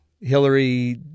Hillary